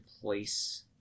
place